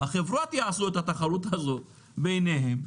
החברות יעשו את התחרות הזו ביניהן,